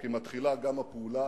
כי מתחילה גם הפעולה